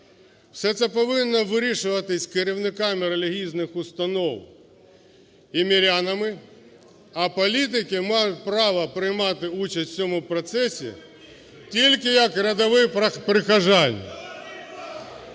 Все це повинно вирішуватись керівниками релігійних установ і мирянами. А політики мають право приймають участь в цьому процесі тільки як рядові прихожани.